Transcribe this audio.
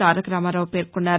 తారకరామారావు పేర్కొన్నారు